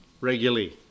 Regularly